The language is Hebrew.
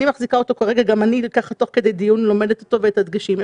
אני מחזיקה אותו ותוך כדי דיון אני לומדת אותו ואת הדגשים.